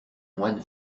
moine